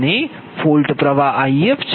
અને ફોલ્ટ પ્ર્વાહ If છે